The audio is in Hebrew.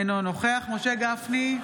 אינו נוכח משה גפני,